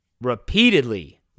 repeatedly